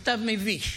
מכתב מביש.